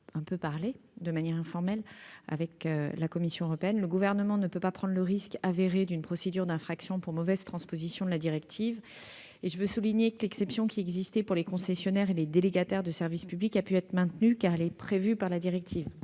car nous en avons discuté de manière informelle avec la Commission européenne. Le Gouvernement ne peut pas prendre le risque avéré d'une procédure d'infraction pour mauvaise transposition de la directive. Je le souligne, l'exception qui existait pour les concessionnaires et les délégataires de service public a pu être maintenue, car elle a été prévue dans la directive